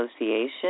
Association